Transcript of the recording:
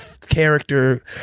character